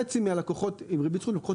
חצי מהלקוחות עם ריבית זכות הם לקוחות